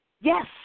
Yes